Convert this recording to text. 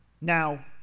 Now